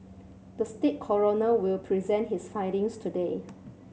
the state coroner will present his findings today